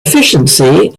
efficiency